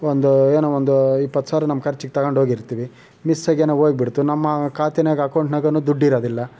ಒಂದು ಏನೋ ಒಂದು ಇಪ್ಪತ್ತು ಸಾವಿರ ನಮ್ಮ ಖರ್ಚಿಗೆ ತಗೊಂಡೋಗಿರ್ತೀವಿ ಮಿಸ್ಸಾಗೇನೋ ಹೋಗ್ಬಿಡ್ತು ನಮ್ಮ ಖಾತೆಯಾಗ ಅಕೌಂಟ್ನಾಗೂ ದುಡ್ಡು ಇರೋದಿಲ್ಲ